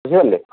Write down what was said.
ବୁଝି ପାରିଲେ